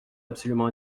absolument